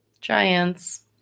Giants